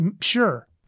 Sure